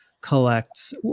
collects